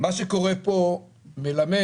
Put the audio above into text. מה שקורה פה מלמד,